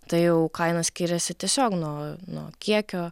tai jau kaina skiriasi tiesiog nuo nuo kiekio